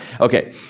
Okay